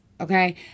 Okay